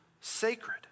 sacred